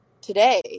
today